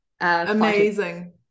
amazing